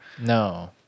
No